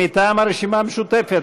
מטעם הרשימה המשותפת,